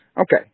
okay